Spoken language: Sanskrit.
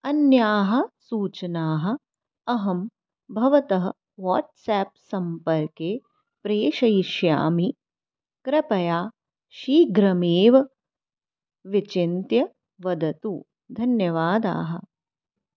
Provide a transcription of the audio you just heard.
अन्याः सूचनाः अहं भवतः वाट्स् ऐप् सम्पर्के प्रेषयिष्यामि कृपया शीघ्रमेव विचिन्त्य वदतु धन्यवादाः